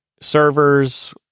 servers